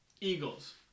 Eagles